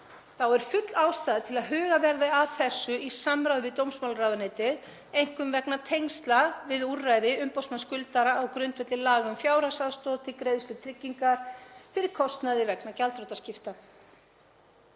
þá er full ástæða til að hugað verði að þessu í samráði við dómsmálaráðuneytið, einkum vegna tengsla við úrræði umboðsmanns skuldara á grundvelli laga um fjárhagsaðstoð til greiðslu tryggingar fyrir kostnaði vegna gjaldþrotaskipta.